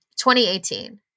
2018